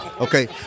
okay